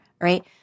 right